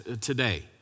today